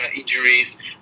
injuries